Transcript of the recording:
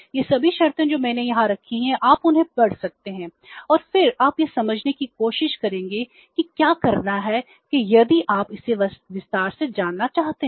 ये सभी शर्तें जो मैंने यहां रखी हैं आप उन्हें पढ़ सकते हैं और फिर आप यह समझने की कोशिश करेंगे कि क्या करना है कि यदि आप इसे विस्तार से जानना चाहते हैं